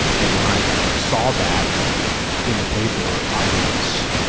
and when i saw that in the paper, i was,